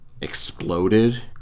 exploded